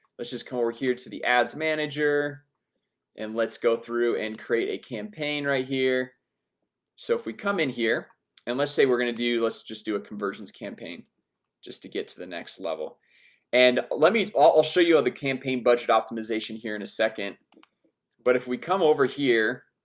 let's just come over here to the ads manager and let's go through and create a campaign right here so if we come in here and let's say we're going to do let's just do a conversions campaign just to get to the next level and let me i'll show you the campaign budget optimization here in a second but if we come over here